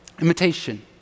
Imitation